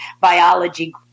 biology